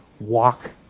walk